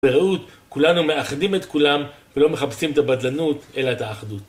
ברעות כולנו מאחדים את כולם ולא מחפשים את הבדלנות אלא את האחדות